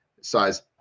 size